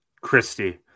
Christy